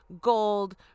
gold